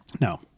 No